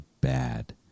bad